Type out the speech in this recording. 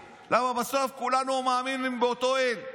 כי בסוף כולנו מאמינים באותו אל,